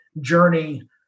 journey